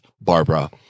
Barbara